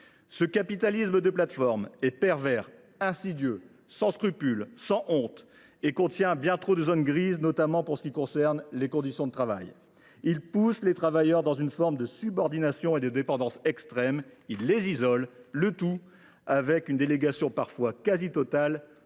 Ce capitalisme de plateforme est pervers, insidieux, sans scrupule et sans honte. Il contient bien trop de zones grises, notamment en ce qui concerne les conditions de travail. Il pousse les travailleurs dans une forme de subordination et de dépendance extrême. Il les isole, avec une délégation quasi totale